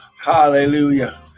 Hallelujah